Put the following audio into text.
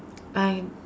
I'm